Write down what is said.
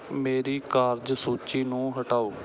ਮੇਰੀ ਕਾਰਜ ਸੂਚੀ ਨੂੰ ਹਟਾਓ